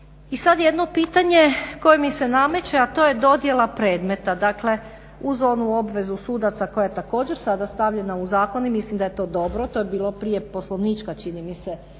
I sada jedno pitanje koje mi se nameće, a to je dodjela predmeta. Dakle uz onu obvezu sudaca koja je također sada stavljena u zakon i mislim da je to dobro. To je bilo prije poslovnička čini mi se